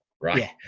right